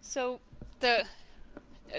so the